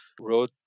wrote